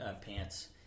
pants